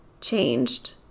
changed